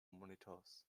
monitors